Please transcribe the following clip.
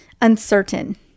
uncertain